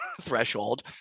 threshold